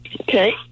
Okay